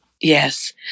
Yes